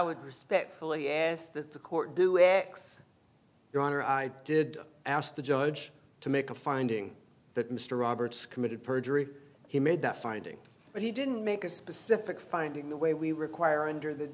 would respectfully ask that the court do x your honor i did ask the judge to make a finding that mr roberts committed perjury he made that finding but he didn't make a specific finding the way we require under the